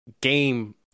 game